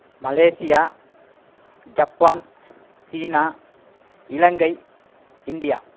Malaysia Japan China Ilangai India